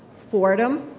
fordham,